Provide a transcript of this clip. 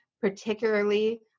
particularly